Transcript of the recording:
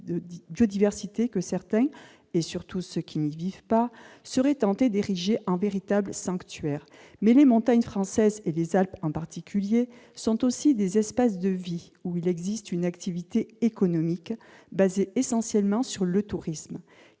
de biodiversité, que certains, surtout ceux qui n'y vivent pas, sont tentés de transformer en véritables sanctuaires. Or les montagnes françaises, et les Alpes en particulier, sont aussi des espaces de vie, où il existe une activité économique, fondée essentiellement sur le tourisme.